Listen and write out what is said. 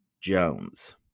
Jones